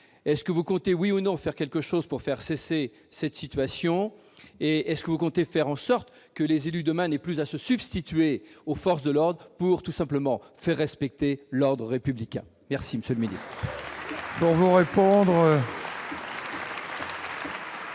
est-ce que vous comptez oui ou non faire quelque chose pour faire cesser cette situation et est-ce que vous comptez faire en sorte que les élus demain n'aient plus à se substituer aux forces de l'ordre pour tout simplement faire respecter l'ordre républicain, merci Monsieur le midi.